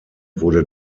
wurde